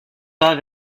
pas